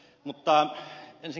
ensinnäkin ed